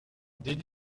did